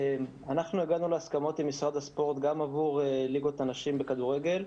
הגענו להסכמות עם משרד הספורט גם עבור ליגות הנשים בכדורגל,